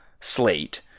slate